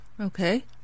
Okay